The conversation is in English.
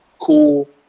cool –